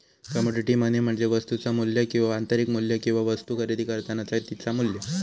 commodity money म्हणजे वस्तुचा मू्ल्य किंवा आंतरिक मू्ल्य किंवा वस्तु खरेदी करतानाचा तिचा मू्ल्य